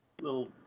little